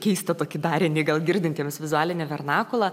keistą tokį darinį gal girdintiems vizualinį vernakulą